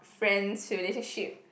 friends relationship